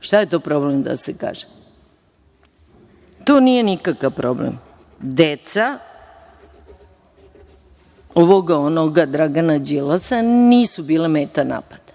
Šta je to problem da se kaže? To nije nikakav problem. Deca, ovoga, onoga, Dragana Đilasa, nisu bila predmet napada.